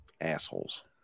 Assholes